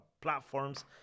platforms